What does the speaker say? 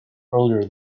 earlier